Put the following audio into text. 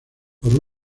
por